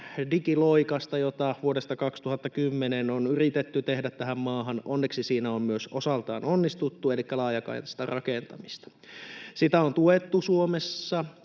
digiloikasta, jota vuodesta 2010 on yritetty tehdä tähän maahan. Onneksi siinä on myös osaltaan onnistuttu — elikkä laajakaistarakentamisessa. Sitä on tuettu Suomessa